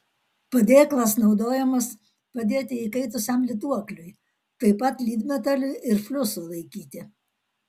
padėklas naudojamas padėti įkaitusiam lituokliui taip pat lydmetaliui ir fliusui laikyti